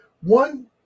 one